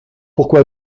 pourquoi